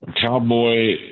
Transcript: cowboy